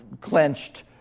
clenched